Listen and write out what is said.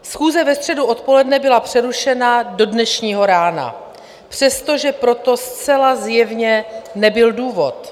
Schůze ve středu odpoledne byla přerušena do dnešního rána, přestože pro to zcela zjevně nebyl důvod.